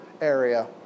area